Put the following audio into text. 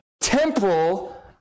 temporal